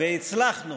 והצלחנו